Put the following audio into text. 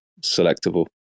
selectable